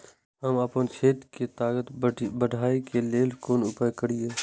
हम आपन खेत के ताकत बढ़ाय के लेल कोन उपाय करिए?